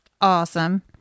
Awesome